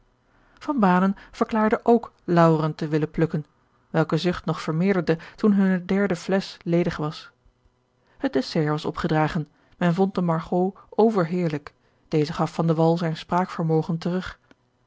verklaarde ook lauweren te willen plukken welke zucht nog vermeerderde toen hunne derde flesch ledig was het dessert was opgedragen men vond de margeaux overheerlijk deze gaf van de wall zijn spraakvermogen terug